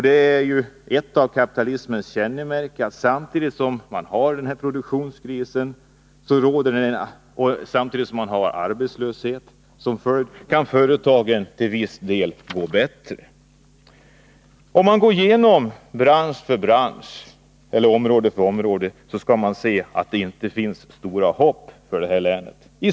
Det är ju ett av kapitalismens kännemärken att samtidigt som man har produktionskris med arbetslöshet som följd kan företagen till viss del gå bättre. Om vi går igenom bransch för bransch — eller område för område — finner vi att det inte finns stort hopp för det här länet.